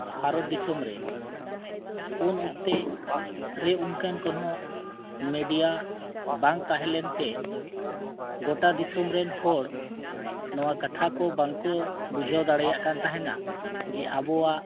ᱵᱷᱟᱨᱚᱛ ᱫᱤᱥᱚᱢ ᱨᱮ ᱩᱱ ᱚᱠᱛᱮ ᱨᱮ ᱩᱱᱠᱟᱱ ᱠᱳᱱᱳ ᱢᱤᱰᱤᱭᱟ ᱵᱟᱝ ᱛᱟᱦᱮᱸ ᱞᱮᱱᱛᱮ ᱜᱚᱴᱟ ᱫᱤᱥᱚᱢ ᱨᱮᱱ ᱦᱚᱲ ᱱᱚᱣᱟ ᱠᱟᱛᱷᱟ ᱠᱚ ᱵᱟᱝᱠᱚ ᱵᱩᱡᱷᱟᱹᱣ ᱫᱟᱲᱮᱭᱟᱜ ᱠᱟᱱ ᱛᱟᱦᱮᱱᱟ ᱡᱮ ᱟᱵᱚᱣᱟᱜ